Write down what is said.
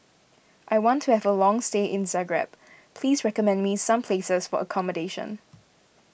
I want to have a long stay in Zagreb please recommend me some places for accommodation